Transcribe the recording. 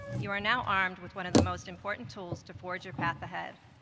you are now armed with one of the most important tools to forge a path ahead.